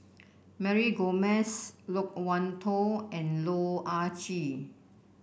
Mary Gomes Loke Wan Tho and Loh Ah Chee